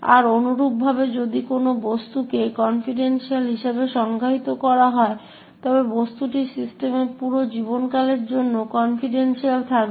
আরও অনুরূপভাবে যদি কোনও বস্তুকে কনফিডেন্সিয়াল হিসাবে সংজ্ঞায়িত করা হয় তবে বস্তুটি সিস্টেমের পুরো জীবনকালের জন্য কনফিডেন্সিয়াল থাকবে